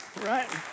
right